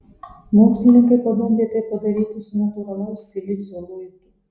mokslininkai pabandė tai padaryti su natūralaus silicio luitu